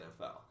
NFL